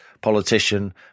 politician